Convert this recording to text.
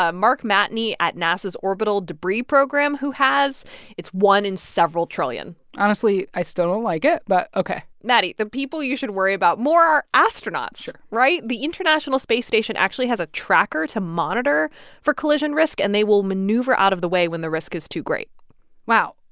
ah mark matney at nasa's orbital debris program, who has it's one in several trillion honestly, i still don't like it, but ok maddie, the people you should worry about more are astronauts, right? the international space station actually has a tracker to monitor for collision risk, and they will maneuver out of the way when the risk is too great wow.